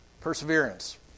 perseverance